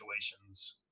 situations